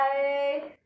Bye